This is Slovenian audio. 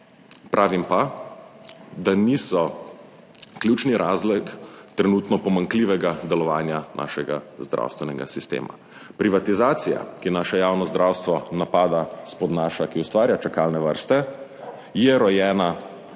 pravim pa, da niso ključni razlog trenutno pomanjkljivega delovanja našega zdravstvenega sistema. Privatizacija, ki naše javno zdravstvo napada, spodnaša, ki ustvarja čakalne vrste, je rojena